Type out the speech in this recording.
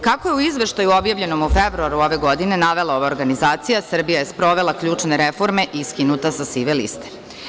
Kako je u izveštaju objavljeno u februaru ove godine, navela ova organizacija, Srbija je sprovela ključne reforme i skinuta sa sive liste.